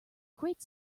great